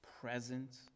present